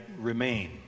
remain